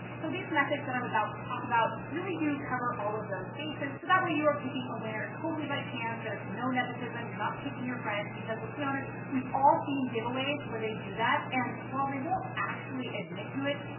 so these methods that i'm about to talk about really do cover all of those bases so but that way you are picking a winner totally by chance. there's no nepotism, you're not picking your friends because let's be honest, we've all seen giveaways where they do that and while they won't actually admit to it,